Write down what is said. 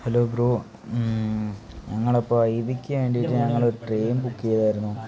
hello bro ഞങ്ങളിപ്പോൾ ഐ വിക്ക് വേണ്ടിയിട്ട് ഞങ്ങളൊരു ട്രെയിൻ ബുക്ക് ചെയ്തിരുന്നു